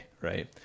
right